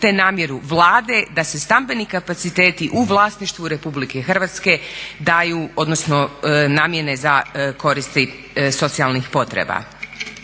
te namjeru Vlade da se stambeni kapaciteti u vlasništvu RH daju, odnosno namijene za koristi socijalnih potreba.